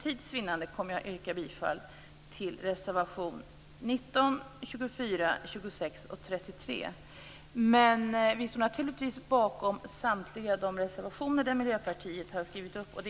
För tids vinnande kommer jag att yrka bifall till reservationerna 19, 24, 26 och 33. Men vi står naturligtvis bakom samtliga de reservationer som Miljöpartiet har skrivit under.